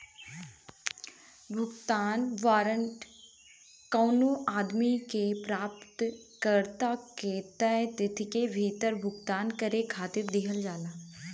भुगतान वारंट कवनो आदमी के प्राप्तकर्ता के तय तिथि के भीतर भुगतान करे खातिर दिहल जाला